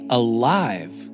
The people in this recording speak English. alive